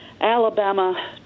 Alabama